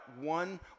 one